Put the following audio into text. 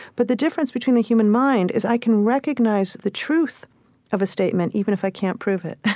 but the difference between the human mind is i can recognize the truth of a statement even if i can't prove it.